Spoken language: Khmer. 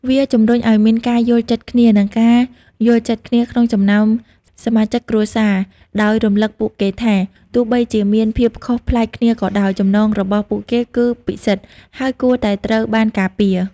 វាជំរុញឲ្យមានការយល់ចិត្តគ្នា និងការយល់ដឹងគ្នាក្នុងចំណោមសមាជិកគ្រួសារ ដោយរំលឹកពួកគេថា ទោះបីជាមានភាពខុសប្លែកគ្នាក៏ដោយ ចំណងរបស់ពួកគេគឺពិសិដ្ឋ ហើយគួរតែត្រូវបានការពារ។